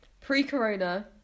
Pre-corona